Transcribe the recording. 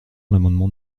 l’amendement